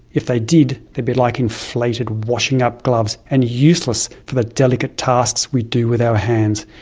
if they did, they'd be like inflated washing up gloves, and useless for the delicate tasks we do with our hands.